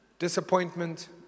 Disappointment